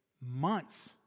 months